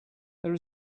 there